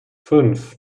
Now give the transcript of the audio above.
fünf